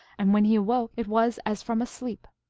and when he awoke it was as from a sleep.